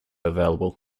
available